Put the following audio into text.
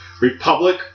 Republic